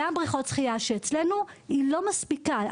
בבריכות השחייה אצלנו היא לא מספיקה,